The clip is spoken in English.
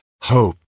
hope